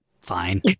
fine